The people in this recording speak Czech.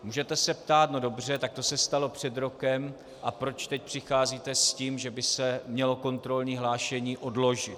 Můžete se ptát no dobře, tak to se stalo před rokem a proč teď přicházíte s tím, že by se mělo kontrolní hlášení odložit?